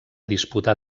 disputar